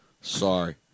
Sorry